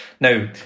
Now